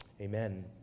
Amen